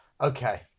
Okay